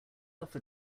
alpha